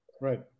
Right